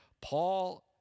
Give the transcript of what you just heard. Paul